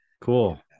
Cool